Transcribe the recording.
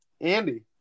Andy